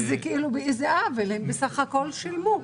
הן בסך הכול שילמו.